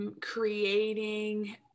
creating